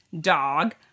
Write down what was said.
dog